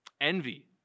envy